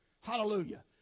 Hallelujah